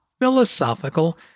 philosophical